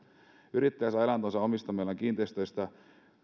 yrittäjä saa elantonsa omistamistaan kiinteistöistä